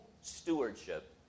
stewardship